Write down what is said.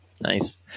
Nice